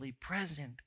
present